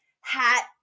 hat